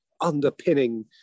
underpinning